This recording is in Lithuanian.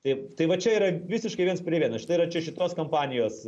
tai tai va čia yra visiškai viens prie vieno šita yra čia šitos kampanijos